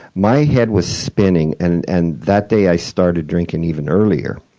my head was spinning. and and that day, i started drinking even earlier,